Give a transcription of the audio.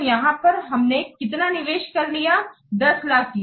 तो यहां पर हमने कितना निवेश कर लिया 1000000 किया